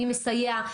מי מסייע.